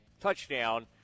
touchdown